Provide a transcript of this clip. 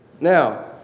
Now